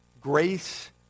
Grace